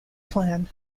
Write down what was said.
plan